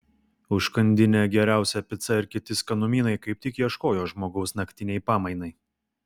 užkandinė geriausia pica ir kiti skanumynai kaip tik ieškojo žmogaus naktinei pamainai